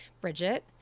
bridget